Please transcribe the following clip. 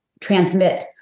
transmit